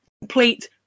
complete